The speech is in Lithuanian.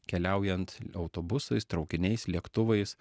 keliaujant autobusais traukiniais lėktuvais